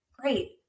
great